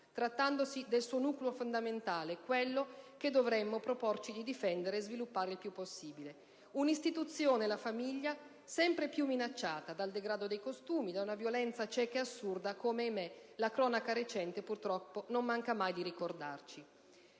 trattandosi del suo nucleo fondamentale, quello che dovremmo proporci di difendere e sviluppare il più possibile. Un'istituzione, la famiglia, sempre più minacciata dal degrado dei costumi, da una violenza cieca e assurda, come, ahimè, la cronaca recente purtroppo non manca mai di ricordarci.